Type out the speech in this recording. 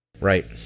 right